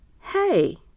hey